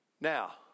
Now